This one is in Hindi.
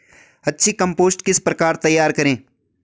अच्छी कम्पोस्ट किस प्रकार तैयार करें?